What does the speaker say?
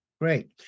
Great